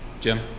Jim